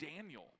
Daniel